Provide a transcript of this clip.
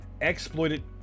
exploited